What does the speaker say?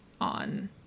on